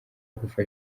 gufasha